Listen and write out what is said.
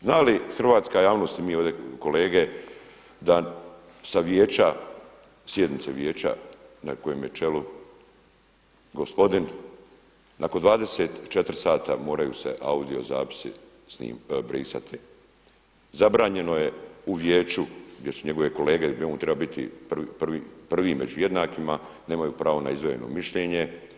Zna li hrvatska javnosti i mi ovdje kolege da sa vijeće, sjednice vijeća na kojem je čelu gospodin nakon 24 sata moraju se audio zapisi brisati, zabranjeno je u vijeću gdje su njegove kolege gdje mu trebaju biti prvi među jednakima nemaju pravo na izdvojeno mišljenje?